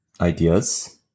ideas